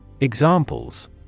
Examples